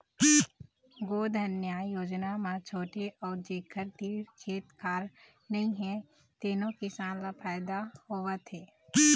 गोधन न्याय योजना म छोटे अउ जेखर तीर खेत खार नइ हे तेनो किसान ल फायदा होवत हे